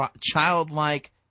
childlike